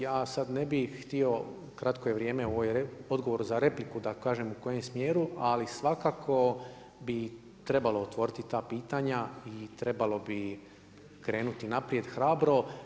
Ja sada ne bih htio, kratko je vrijeme, ovo je odgovor za repliku, da kažem u kojem smjeru ali svakako bi trebalo otvoriti ta pitanja i trebalo bi krenuti naprijed hrabro.